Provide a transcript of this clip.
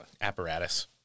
Apparatus